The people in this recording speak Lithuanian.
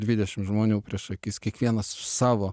dvidešim žmonių prieš akis kiekvienas už savo